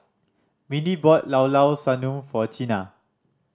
Mindi bought Llao Llao Sanum for Chynna